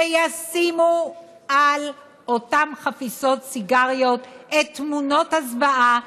שישימו על אותן חפיסות סיגריות את תמונות הזוועה,